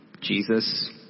Jesus